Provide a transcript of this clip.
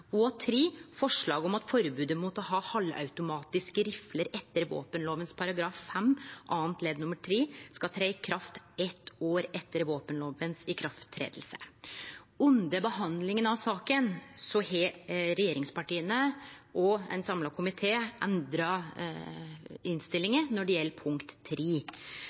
skal tre i kraft eitt år etter at våpenloven har tredd i kraft Under behandlinga av saka har regjeringspartia og ein samla komité endra innstillinga når det gjeld punkt